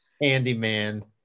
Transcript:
handyman